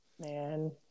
Man